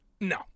No